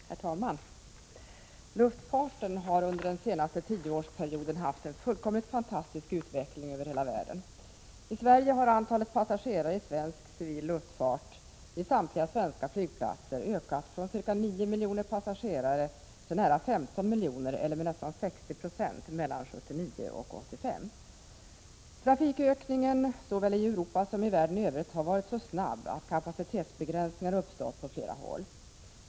Herr talman! Luftfarten har under den senaste tioårsperioden haft en fullkomligt fantastisk utveckling över hela världen. I Sverige har antalet passagerare i svensk civil luftfart vid samtliga svenska flygplatser ökat från ca 9 miljoner passagerare till nära 15 miljoner eller med nästan 60 90 mellan åren 1979 och 1985. Trafikökningen såväl i Europa som i världen i övrigt har varit så snabb att kapacitetsbegränsningar har uppstått på flera håll.